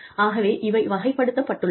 ஆகவே இவை வகைப்படுத்தப் பட்டுள்ளன